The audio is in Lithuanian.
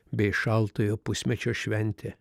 bei šaltojo pusmečio šventė